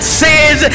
says